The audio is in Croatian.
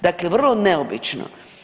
Dakle, vrlo neobično.